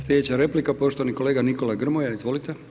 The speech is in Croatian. Slijedeća replika poštovani kolega Nikola Grmoja Izvolite.